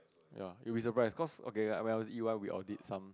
ya you'll be surprised cause okay when I was in E_Y we audit some